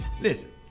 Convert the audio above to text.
Listen